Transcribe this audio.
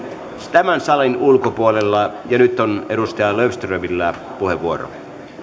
tämän salin ulkopuolella nyt on edustaja löfströmillä puheenvuoro